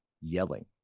yelling